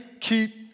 keep